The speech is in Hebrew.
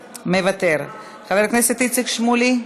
מוותר, חבר הכנסת איציק שמולי,